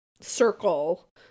circle